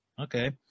Okay